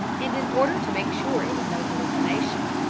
and in order to make sure it was no hallucination,